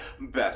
best